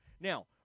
Now